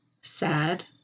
sad